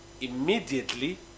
Immediately